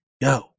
Yo